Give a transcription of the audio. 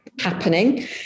happening